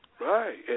Right